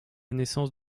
naissance